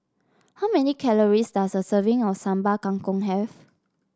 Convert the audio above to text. how many calories does a serving of Sambal Kangkong have